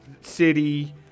city